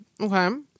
Okay